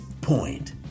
point